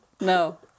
No